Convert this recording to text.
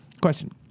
question